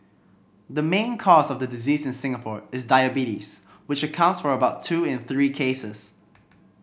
the main cause of the disease in Singapore is diabetes which accounts for about two in three cases